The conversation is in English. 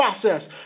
process